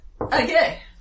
Okay